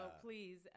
please